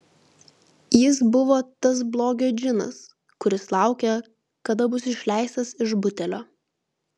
jis buvo tas blogio džinas kuris laukia kada bus išleistas iš butelio